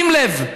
שים לב,